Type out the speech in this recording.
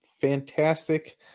fantastic